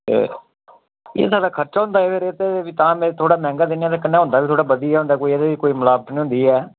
ते एह् साढ़ा खर्चा होंदा एह्दे बिच तां थोह्ड़ा मैंह्गा दिन्ने आं ते कन्नै होंदा बी थोह्ड़ा बधिया होंदा एह्दे च कोई मलावट निं होंदी ऐ